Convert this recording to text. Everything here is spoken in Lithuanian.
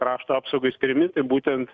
krašto apsaugai skiriami tai būtent